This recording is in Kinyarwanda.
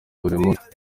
burimunsi